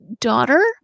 daughter